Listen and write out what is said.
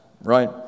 right